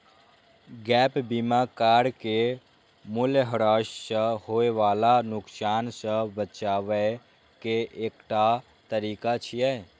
gap बीमा car के मूल्यह्रास सं होय बला नुकसान सं बचाबै के एकटा तरीका छियै